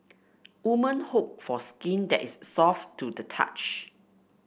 woman hope for skin that is soft to the touch